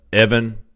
Evan